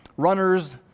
Runners